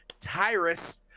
Tyrus